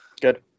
good